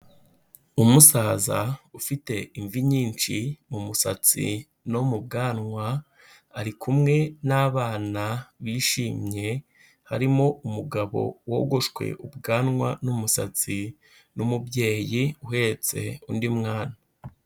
Umusaza ufite imvi nyinshi mu musatsi no mu bwanwa, ari kumwe n'abana bishimye, harimo umugabo wogoshwe ubwanwa n'umusatsi n'umubyeyi uhetse undi mwana.